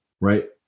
right